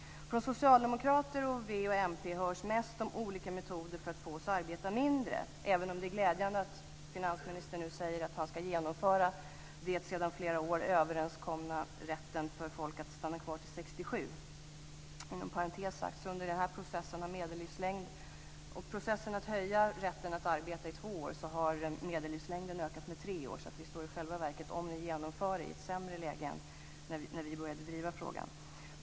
Från socialdemokrater, vänsterpartister och miljöpartister hörs mest om olika metoder för att få oss att arbeta mindre, även om det är glädjande att finansministern nu säger att han ska genomföra den sedan flera år överenskomna rätten för folk att stanna kvar till 67 år. Inom parentes sagt har medellivslängden ökat med tre år under processen med att utöka rätten att arbeta med två år. Vi står i själva verket, om detta genomförs, i ett sämre läge än när vi började driva frågan.